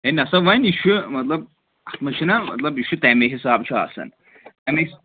ہے نَسا وۄنۍ یہِ چھُ مطلب ہُتھ منٛز چھِنہ مطلب یہِ چھِ تَمے حِساب چھُ آسان اَمی